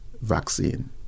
vaccine